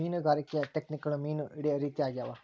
ಮೀನುಗಾರಿಕೆ ಟೆಕ್ನಿಕ್ಗುಳು ಮೀನು ಹಿಡೇ ರೀತಿ ಆಗ್ಯಾವ